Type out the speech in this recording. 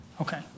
Okay